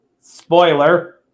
Spoiler